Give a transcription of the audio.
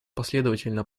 последовательно